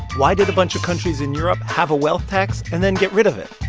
why did a bunch of countries in europe have a wealth tax and then get rid of it?